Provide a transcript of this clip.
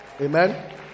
Amen